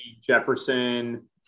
Jefferson